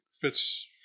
fits